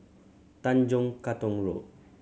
Tanjong Katong Road